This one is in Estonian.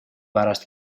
pärast